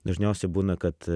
dažniausiai būna kad